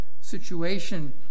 situation